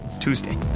tuesday